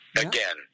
Again